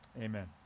Amen